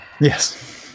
yes